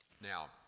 Now